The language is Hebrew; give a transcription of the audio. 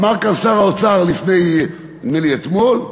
אמר כאן שר האוצר, נדמה לי אתמול,